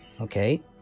okay